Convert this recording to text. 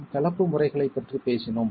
நாம் கலப்பு முறைகளைப் பற்றி பேசினோம்